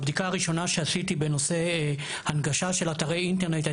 או הבדיקה הראשונה שעשיתי בנושא הנגשת אתרי אינטרנט,